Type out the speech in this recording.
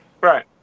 Right